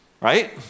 right